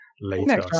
later